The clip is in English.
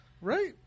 right